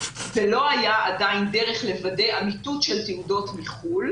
עדיין לא הייתה דרך לוודא אמיתות של תעודות מחוץ לארץ,